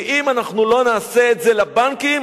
כי אם אנחנו לא נעשה את זה לבנקים,